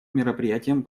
мероприятием